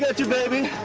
got you, baby.